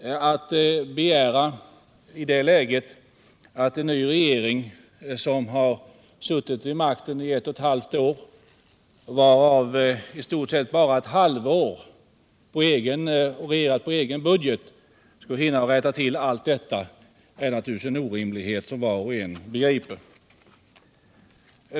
Att i det läget begära att en ny regering som suttit vid makten knappt ett och ett halvt år, och som under bara ett halvår haft en egen budget, skall ha hunnit rätta till allt detta är naturligtvis, som var och en begriper, en orimlighet.